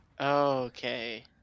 Okay